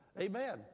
Amen